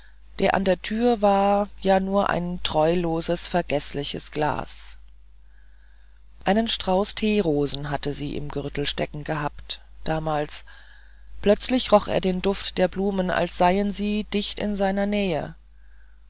der an der tür war ja nur ein treuloses vergeßliches glas einen strauß teerosen hatte sie im gürtel stecken gehabt damals plötzlich roch er den duft der blumen als seien sie dicht in seiner nähe